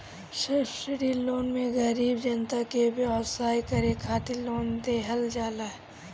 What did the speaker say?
subsidy loan मे गरीब जनता के व्यवसाय करे खातिर लोन देहल जाला